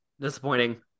disappointing